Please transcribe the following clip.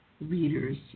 readers